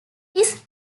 his